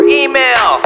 email